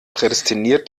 prädestiniert